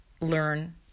learn